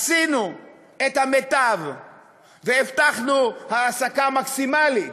עשינו את המיטב והבטחנו העסקה מקסימלית